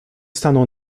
stanął